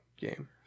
game